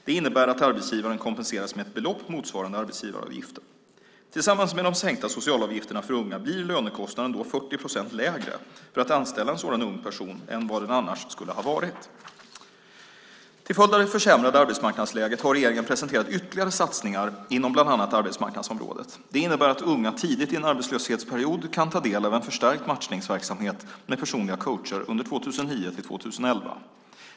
Det innebär att arbetsgivaren kompenseras med ett belopp motsvarande arbetsgivaravgiften. Tillsammans med de sänkta socialavgifterna för unga blir lönekostnaden då 40 procent lägre för att anställa en sådan ung person än vad den annars skulle ha varit. Till följd av det försämrade arbetsmarknadsläget har regeringen presenterat ytterligare satsningar inom bland annat arbetsmarknadsområdet. Det innebär att unga tidigt i en arbetslöshetsperiod kan ta del av en förstärkt matchningsverksamhet med personliga coacher under 2009-2011.